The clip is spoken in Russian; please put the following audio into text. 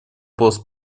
пост